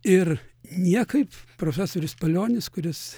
ir niekaip profesorius palionis kuris